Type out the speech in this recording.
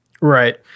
Right